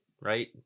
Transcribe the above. right